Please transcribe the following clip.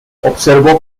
observó